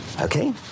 Okay